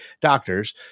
doctors